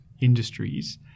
industries